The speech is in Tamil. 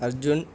அர்ஜுன்